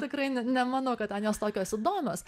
tikrai ne nemanau kad ten jos tokios įdomios